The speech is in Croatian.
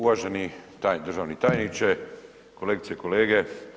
Uvaženi državni tajniče, kolegice i kolege.